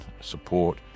support